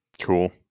Cool